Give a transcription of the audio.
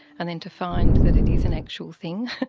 and then to find that it is an actual thing,